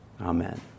Amen